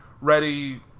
ready